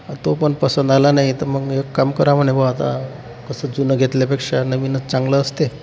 तो पण पसंत आला नाही तर मग एक काम करा म्हणे बा आता कसं जुनं घेतल्यापेक्षा नवीनच चांगलं असते